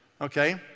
okay